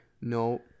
No